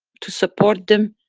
to support them,